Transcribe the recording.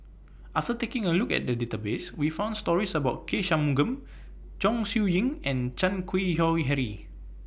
Ah Sir taking A Look At The Database We found stories about K Shanmugam Chong Siew Ying and Chan Keng Howe Harry